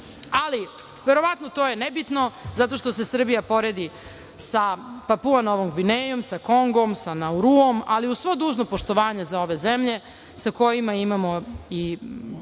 Ali, verovatno to je nebitno zato što se Srbija poredi sa Papua Novom Gvinejom, sa Kongom, sa Nauruom, ali uz svo dužno poštovanje za ove zemlje, sa kojima imamo i